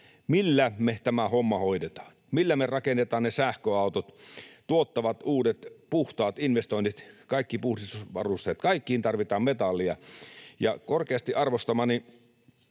millä me tämä homma hoidetaan. Millä me rakennetaan ne sähköautot, tuottavat, uudet, puhtaat investoinnit, kaikki puhdistusvarusteet? Kaikkiin tarvitaan metallia. Ja korkeasti arvostamani